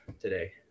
today